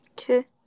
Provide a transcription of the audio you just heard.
Okay